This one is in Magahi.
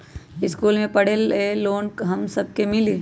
इश्कुल मे पढे ले लोन हम सब के मिली?